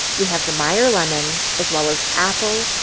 we have the meyer lemon as well as apple,